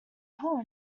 hole